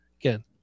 Again